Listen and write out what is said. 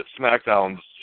SmackDown's